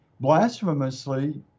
blasphemously